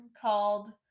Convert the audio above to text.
called